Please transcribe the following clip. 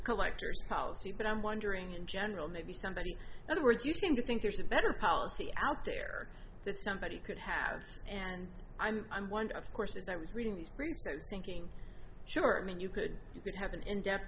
collectors policy but i'm wondering in general maybe somebody other words you seem to think there's a better policy out there that somebody could have and i'm one of course as i was reading these briefs so thinking sure i mean you could you could have an in de